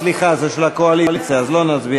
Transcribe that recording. סליחה, זה של הקואליציה, אז לא נצביע.